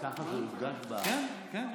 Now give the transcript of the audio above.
כך זה מוגדר, כן, כן.